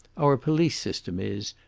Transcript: our police system is,